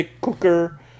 cooker